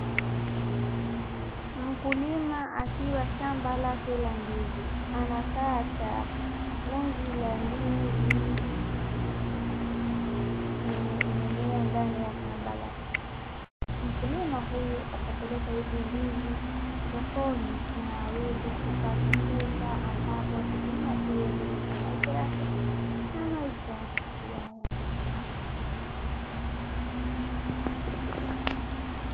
Mkulima akiwa shamba lake la ndizi anakata ngunzi la ndizi. Yenye imemea ndani ya shamba lake. Mkulima huyu atapeleka hizi ndizi sokoni na aweze kupata pesa ambapo atatumia kuiendeleza maisha yake na maisha ya watoto wake.